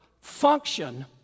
function